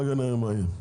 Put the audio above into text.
אחר כך נראה מה יהיה.